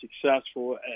successful